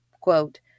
Quote